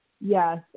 Yes